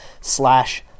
slash